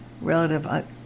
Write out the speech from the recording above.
relative